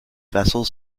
vessels